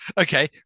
Okay